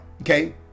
Okay